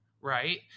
Right